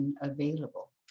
available